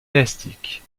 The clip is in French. élastique